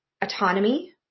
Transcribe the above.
autonomy